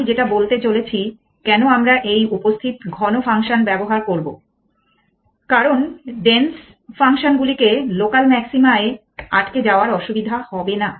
আমি যেটা বলতে চাইছি কেন আমরা এই উপস্থিত ঘন ফাংশন ব্যবহার করবো কারণ ডেন্স ফাংশন গুলিতে লোকাল ম্যাক্সিমা এ আটকে যাওয়ার অসুবিধা হবে না